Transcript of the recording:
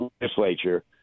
legislature